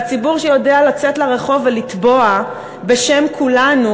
והציבור שיודע לצאת לרחוב ולתבוע בשם כולנו,